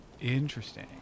Interesting